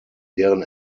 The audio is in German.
deren